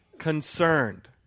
concerned